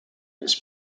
this